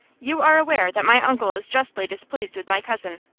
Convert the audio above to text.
you are aware that my uncle is justly displeased with my cousin?